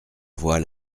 voile